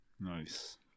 Nice